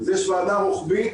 אז יש ועדה רוחבית